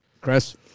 Chris